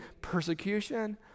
persecution